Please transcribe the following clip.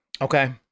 okay